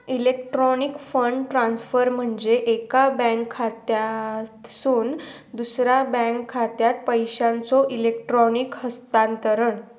electronic fund transfer म्हणजे एका bank खात्यातसून दुसरा बँक खात्यात पैशांचो इलेक्ट्रॉनिक हस्तांतरण